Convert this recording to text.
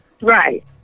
Right